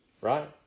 right